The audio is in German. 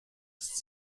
ist